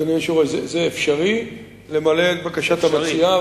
אפשר למלא את בקשת המציעה,